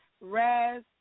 Raz